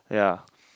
ya